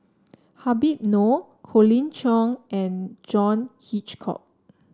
Habib Noh Colin Cheong and John Hitchcock